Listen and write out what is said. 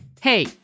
Hey